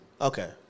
Okay